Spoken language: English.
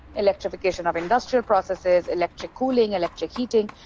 electrification of industrial processes, electric cooling, electric heating,